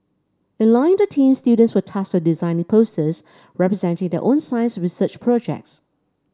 in line the theme students were tasked with designing posters representing their own science research projects